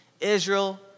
Israel